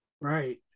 Right